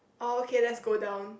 oh okay let's go down